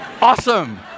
awesome